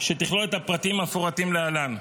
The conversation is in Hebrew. שתכלול את הפרטים המפורטים להלן: